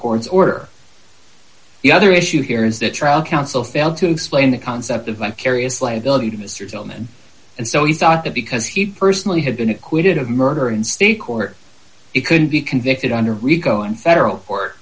court's order the other issue here is that trial counsel failed to explain the concept of vicarious liability to mr tillman and so he thought that because he personally had been acquitted of murder in state court it could be convicted under rico in federal court